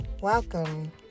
Welcome